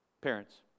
parents